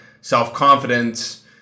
self-confidence